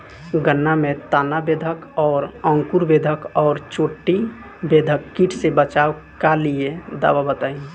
गन्ना में तना बेधक और अंकुर बेधक और चोटी बेधक कीट से बचाव कालिए दवा बताई?